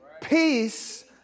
Peace